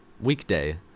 weekday